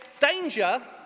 Danger